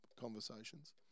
conversations